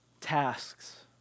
tasks